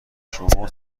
شما